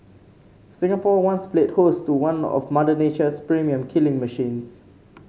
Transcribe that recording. Singapore once played host to one of Mother Nature's premium killing machines